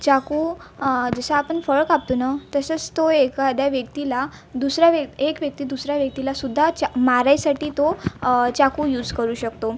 चाकू जसं आपण फळं कापतो ना तसेश तो एखाद्या व्यक्तीला दुसऱ्या वेक् एक व्यक्ती दुसऱ्याला व्यक्तीलासुद्धा च्या मारायसाठी तो चाकू यूज करू शकतो